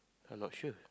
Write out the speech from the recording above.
I not sure